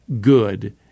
good